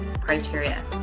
criteria